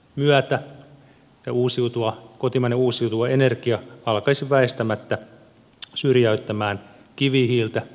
jäätä ja kauttahan kotimainen uusiutuva energia alkaisi väistämättä syrjäyttämään kivihiiltä